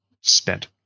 spent